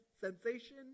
sensation